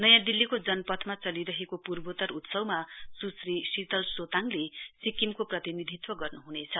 नयाँ दिल्लीको जनपथमा चलिरहेको पूर्वोत्तर उत्सवमा सुश्री शीतल सोताङले सिक्किमको प्रतिनिधित्व गर्नुहुनेछ